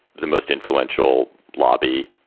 the most influential lobby.